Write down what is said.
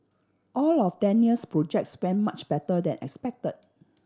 all of Daniel's projects went much better than expect